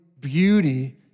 beauty